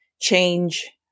change